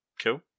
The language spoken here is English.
cool